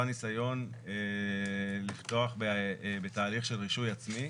ניסיון לפתוח בתהליך של רישוי עצמי.